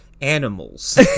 animals